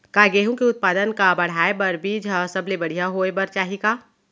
का गेहूँ के उत्पादन का बढ़ाये बर बीज ह सबले बढ़िया होय बर चाही का?